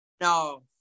No